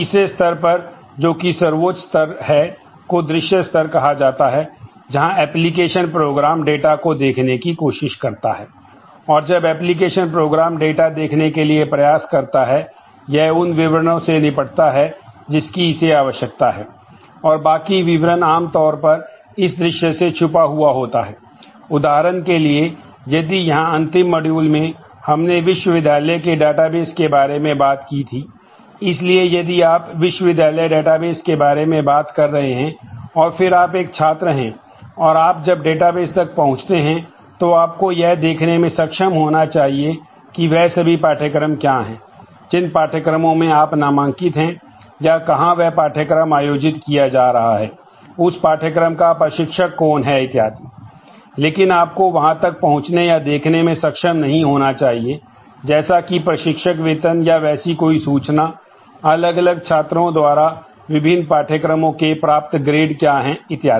तीसरे स्तर पर जो कि सर्वोच्च स्तर है को दृश्य स्तर कहा जाता है जहां एप्लिकेशन प्रोग्राम क्या हैं इत्यादि